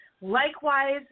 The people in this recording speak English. Likewise